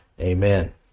Amen